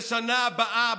לשנה הבאה,